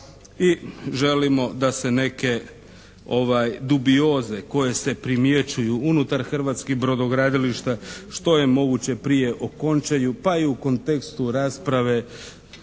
i želimo da se neke dubioze koje se primjećuju unutar hrvatskih brodogradilišta što je moguće prije okončaju pa i u kontekstu rasprave